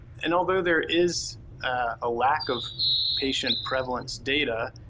and although there is a lack of patient prevalence data,